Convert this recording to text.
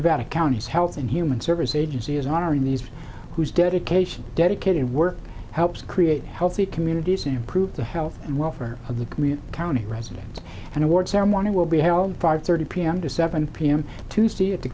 about a county's health and human service agency is honoring these whose dedication dedicated work helps create healthy communities and improve the health and welfare of the community county residents and award ceremony will be held five thirty p m to seven p m tuesday at the